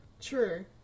True